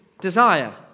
desire